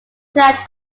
judge